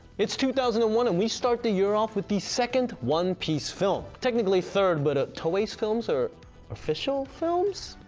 it's two thousand and one and we start the year off with the second one piece film, technically third but ah toei's film are official films.